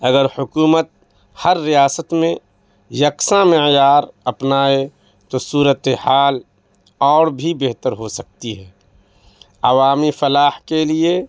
اگر حکومت ہر ریاست میں یکساں معیار اپنائے تو صورت حال اور بھی بہتر ہو سکتی ہے عوامی فلاح کے لیے